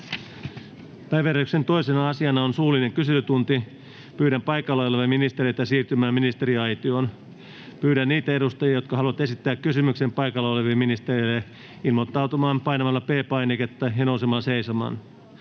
Päiväjärjestyksen 2. asiana on suullinen kyselytunti. Pyydän paikalla olevia ministereitä siirtymään ministeriaitioon. Pyydän niitä edustajia, jotka haluavat esittää kysymyksen paikalla oleville ministereille, ilmoittautumaan painamalla P-painiketta ja nousemalla seisomaan.